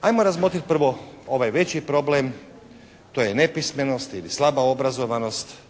Ajmo razmotriti prvo ovaj veći problem, to je nepismenost ili slaba obrazovanost